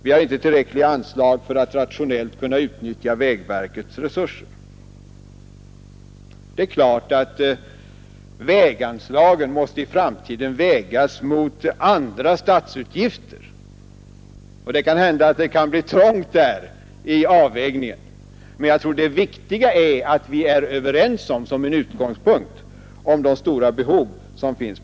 Vi har inte tillräckliga anslag för att rationellt kunna utnyttja vägverkets resurser.” Det är klart att väganslagen måste vägas mot andra statsutgifter, och det kan hända att det blir trångt vid avvägningen, men det viktiga är att vi som en utgångspunkt är överens om de stora behov som finns.